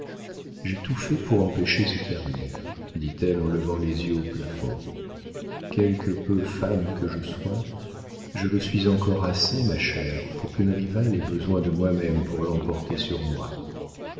j'ai tout fait pour empêcher ce qui arrive dit-elle en levant les yeux au plafond quelque peu femme que je sois je le suis encore assez ma chère pour qu'une rivale ait besoin de moi-même pour l'emporter sur moi